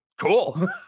cool